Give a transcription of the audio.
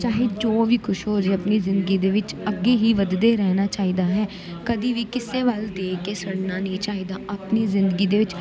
ਚਾਹੇ ਜੋ ਵੀ ਕੁਛ ਹੋਜੇ ਆਪਣੀ ਜ਼ਿੰਦਗੀ ਦੇ ਵਿੱਚ ਅੱਗੇ ਹੀ ਵੱਧਦੇ ਰਹਿਣਾ ਚਾਹੀਦਾ ਹੈ ਕਦੇ ਵੀ ਕਿਸੇ ਵੱਲ ਦੇਖ ਕੇ ਸੜਨਾ ਨਹੀਂ ਚਾਹੀਦਾ ਆਪਣੀ ਜ਼ਿੰਦਗੀ ਦੇ ਵਿੱਚ